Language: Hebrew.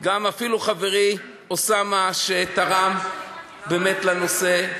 אפילו חברי אוסאמה, שתרם באמת לנושא.